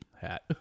hat